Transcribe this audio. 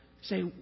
Say